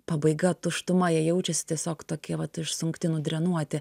pabaiga tuštuma jie jaučiasi tiesiog tokie vat išsunkti nudrenuoti